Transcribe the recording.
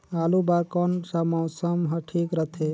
आलू बार कौन सा मौसम ह ठीक रथे?